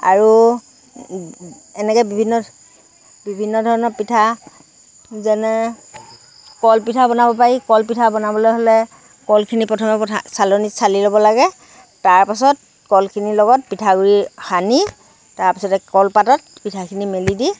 আৰু এনেকৈ বিভিন্ন বিভিন্ন ধৰণৰ পিঠা যেনে কলপিঠা বনাব পাৰি কলপিঠা বনাবলৈ হ'লে কলখিনি প্ৰথমে পথ চালনিত চালি ল'ব লাগে তাৰ পাছত কলখিনিৰ লগত পিঠাগুৰি সানি তাৰপিছতে কলপাতত পিঠাখিনি মেলি দি